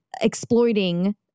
exploiting